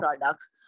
products